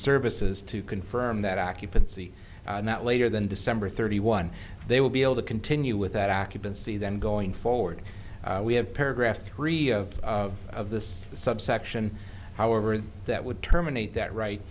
services to confirm that occupancy and that later than december thirty one they will be able to continue with that occupancy then going forward we have paragraph three of of this subsection however and that would terminate that right